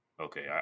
okay